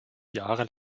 jahre